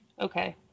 Okay